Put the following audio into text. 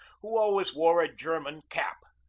who always wore a german cap.